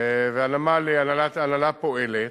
והנהלת הנמל פועלת,